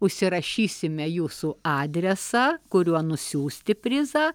užsirašysime jūsų adresą kuriuo nusiųsti prizą